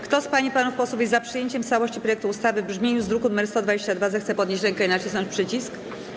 Kto z pań i panów posłów jest za przyjęciem w całości projektu ustawy w brzmieniu z druku nr 122, zechce podnieść rękę i nacisnąć przycisk.